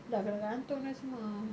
dah kena gantung dah semua